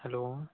hello